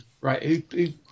Right